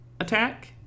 attack